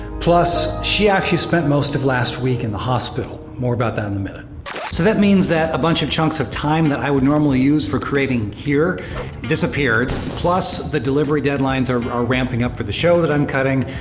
plus, she actually spent most of last week in the hospital. more about that in a minute. so that means that a bunch of chunks of time that i would normally use for creating here disappeared. plus, the delivery deadlines are are ramping up for the show that i'm cutting.